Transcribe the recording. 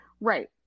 Right